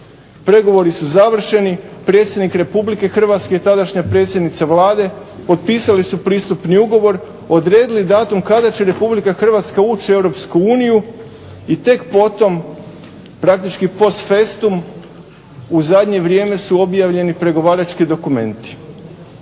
Pregovori su završeni, predsjednik Republike Hrvatske i tadašnja predsjednica Vlade potpisali su ugovor, odredili datum kada će Republika Hrvatska ući u Europsku uniju i tek potom, praktički post festum u zadnje vrijeme su objavljeni pregovarački dokumenti.